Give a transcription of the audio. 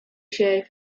się